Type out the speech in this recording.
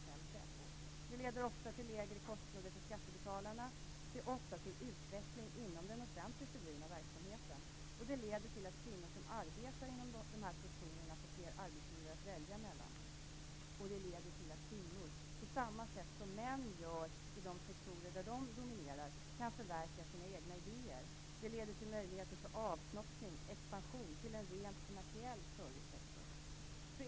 Det leder ofta till lägre kostnader för skattebetalarna och ofta till utveckling inom den offentligt bedrivna verksamheten. Det leder till att kvinnor som arbetar inom dessa sektorer får fler arbetsgivare att välja mellan. Det leder till att kvinnor, på samma sätt som män gör i de sektorer där de dominerar, kan förverkliga sina egna idéer. Och det leder till möjligheter för avknoppning eller expansion till en rent kommersiell servicesektor.